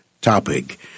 topic